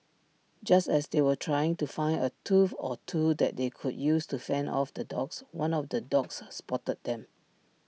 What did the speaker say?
just as they were trying to find A tool or two that they could use to fend off the dogs one of the dogs spotted them